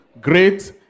great